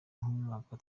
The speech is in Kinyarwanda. nk’umwaka